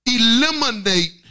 eliminate